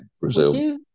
Brazil